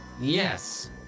yes